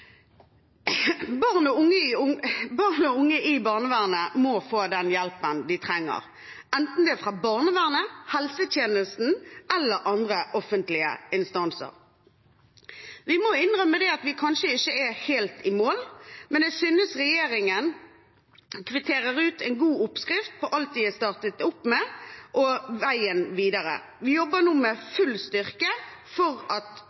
Barn og unge i barnevernet må få den hjelpen de trenger, enten det er fra barnevernet, fra helsetjenesten eller fra andre offentlige instanser. Vi må innrømme at vi kanskje ikke er helt i mål, men jeg synes regjeringen kvitterer ut en god oppskrift på alt den har startet opp med, og veien videre. Vi jobber nå med full styrke for at